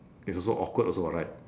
it's also awkward also what right